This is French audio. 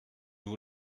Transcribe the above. vous